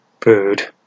food